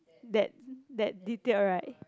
that that detail right